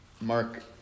Mark